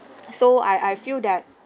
so I I feel that